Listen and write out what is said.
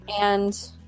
and-